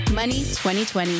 money2020